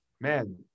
Man